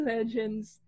Legends